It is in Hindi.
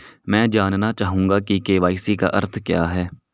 मैं जानना चाहूंगा कि के.वाई.सी का अर्थ क्या है?